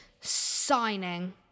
signing